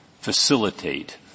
facilitate